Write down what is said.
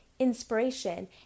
inspiration